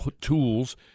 tools